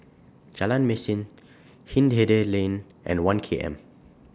Jalan Mesin Hindhede Lane and one K M